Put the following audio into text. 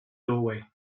doorway